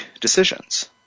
decisions